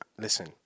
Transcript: listen